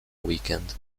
weekend